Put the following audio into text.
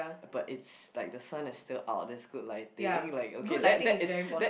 but it's like the sun is still out that's good lighting like okay that that is that is